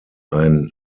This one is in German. ein